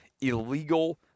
illegal –